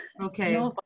Okay